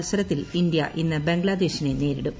മത്സരത്തിൽ ഇന്ത്യ ഇന്ന് ബംഗ്ലാദേശിനെ നേരിടും